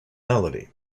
melody